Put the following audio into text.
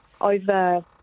over